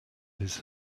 his